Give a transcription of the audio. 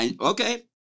Okay